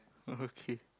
okay